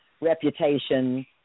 Reputation